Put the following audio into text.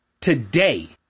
today